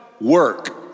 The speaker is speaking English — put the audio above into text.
work